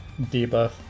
debuff